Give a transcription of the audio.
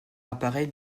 l’appareil